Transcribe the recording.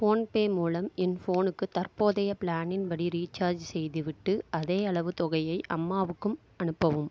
PhonePe மூலம் என் ஃபோனுக்கு தற்போதைய ப்ளானின் படி ரீசார்ஜ் செய்து விட்டு அதே அளவு தொகையை அம்மாவுக்கும் அனுப்பவும்